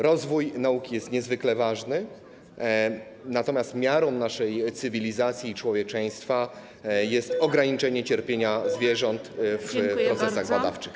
Rozwój nauki jest niezwykle ważny, natomiast miarą naszej cywilizacji i człowieczeństwa jest ograniczenie cierpienia zwierząt w procesach badawczych.